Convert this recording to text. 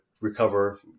recover